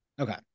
Okay